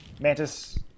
Mantis